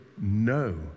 no